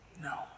No